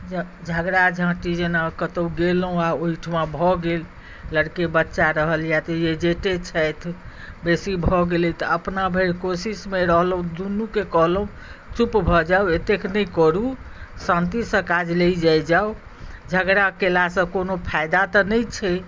झगड़ा झाँटी जेना कतहुँ गेलहुँ आ ओहिठुमा भऽ गेल लड़के बच्चा रहल या तऽ जेठे छथि बेसी भऽ गेलै तऽ अपना भरि कोशिशमे रहलहुँ दुनूके कहलहुँ चुप भऽ जाउ एतेक नहि करू शान्तिसँ काज लै जाइ जाउ झगड़ा कयलासँ कओनो फायदा तऽ नहि छै